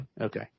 okay